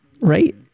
right